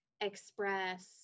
express